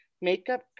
makeup